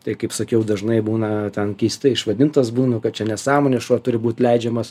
tai kaip sakiau dažnai būna ten keistai išvadintas būnu kad čia nesąmonė šuo turi būt leidžiamas